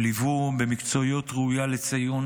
שליוו במקצועיות ראויה לציון